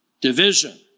division